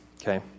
Okay